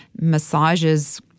massages